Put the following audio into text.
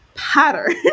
pattern